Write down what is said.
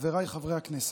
חבריי חברי הכנסת,